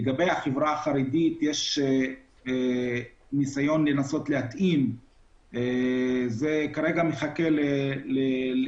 לגבי החברה החרדית יש ניסיון להתאים את זה להם וזה כרגע מחכה להשקה.